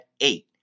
eight